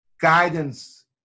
guidance